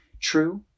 True